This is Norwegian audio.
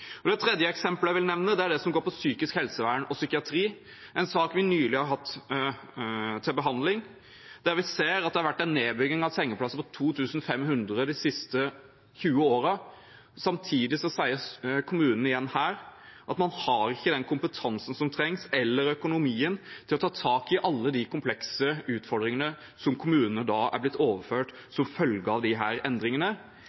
Det tredje eksempelet jeg vil nevne, går på psykisk helsevern og psykiatri – en sak vi nylig har hatt til behandling – der vi ser at det har vært en nedbygging av 2 500 sengeplasser de siste 20 årene. Samtidig sier kommunene også her at man ikke har den kompetansen eller økonomien som trengs for å ta tak i alle de komplekse utfordringene som er blitt overført